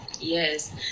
Yes